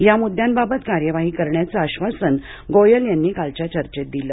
या मुद्द्यांबाबत कार्यवाही करण्याचं आश्वासन गोयल यांनी कालच्या चर्चेत दिलं